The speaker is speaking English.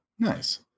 Nice